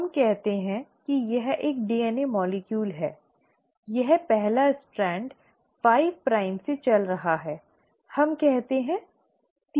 हम कहते हैं कि यह एक डीएनए अणु है यह पहला स्ट्रैंड 5 प्राइम से चल रहा है हम कहते हैं 3 प्राइम तक